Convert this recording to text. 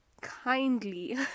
kindly